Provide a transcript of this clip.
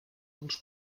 dels